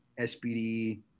SPD